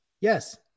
Yes